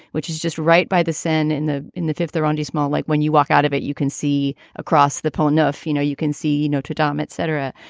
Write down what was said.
which is just right by the sun in the in the fifth round is small. like when you walk out of it you can see across the pole enough, you know, you can see notre dame, et cetera,